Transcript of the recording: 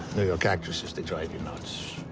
york actresses they drive you nuts.